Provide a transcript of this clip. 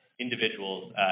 individuals